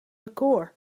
record